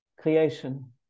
creation